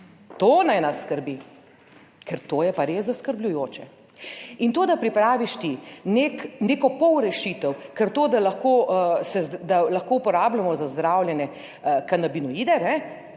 To naj nas skrbi, ker to je pa res zaskrbljujoče. In to, da pripraviš ti neko pol rešitev, ker to, da lahko se, da lahko uporabljamo za zdravljenje kanabinoide,